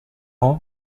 ans